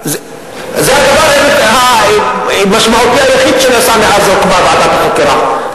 זה הדבר המשמעותי היחיד שנעשה מאז הוקמה ועדת החקירה,